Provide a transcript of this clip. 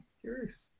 Curious